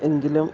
എങ്കിലും